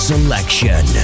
Selection